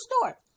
store